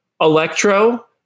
electro